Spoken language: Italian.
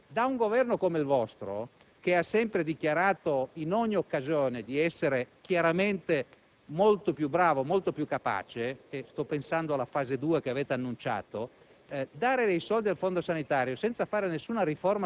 naturalmente ci sono dei soldi in più, e questo è un bene; un Governo come il vostro, che ha sempre dichiarato, in ogni occasione, di essere chiaramente molto più bravo, molto più capace - sto pensando alla fase due che avete annunciato